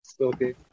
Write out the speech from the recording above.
Okay